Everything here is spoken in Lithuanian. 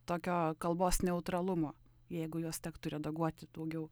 tokio kalbos neutralumo jeigu juos tektų redaguoti daugiau